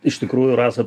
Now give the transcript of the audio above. iš tikrųjų rasa